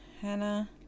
Hannah